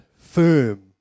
firm